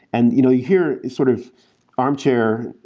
and you know you hear sort of armchair,